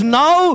now